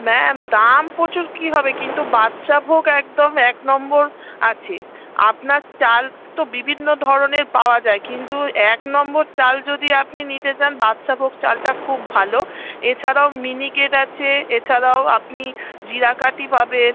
ma'am দাম প্রচুর কী হবে কিন্তু বাদশাভোগ একদম এক নম্বর আছে আপনার চাল তো বিভিন্ন ধরনের পাওয়া যায় কিন্তু এক নম্বর চাল যদি আপনি নিতে চান বাদশাভোগ চালটা খুব ভালো এছাড়াও মিনিকেট আছে এছাড়াও আপনি জিরাকাঠি পাবেন